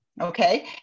okay